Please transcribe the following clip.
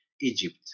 egypt